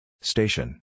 Station